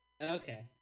okay